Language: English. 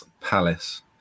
Palace